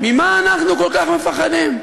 ממה אנחנו כל כך מפחדים?